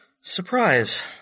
surprise